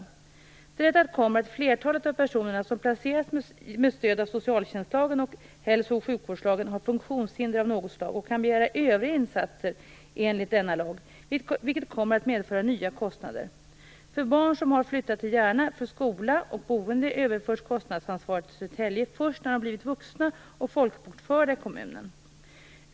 Till detta kommer att flertalet av de personer som placerats med stöd av socialtjänstlagen och hälso och sjukvårdslagen har funktionshinder av något slag och kan begära övriga insatser enligt lagen, vilket kommer att medföra nya kostnader. För barn som har flyttat till Järna för skola och boende överförs kostnadsansvaret till Södertälje först när de blivit vuxna och folkbokförda i kommunen.